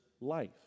life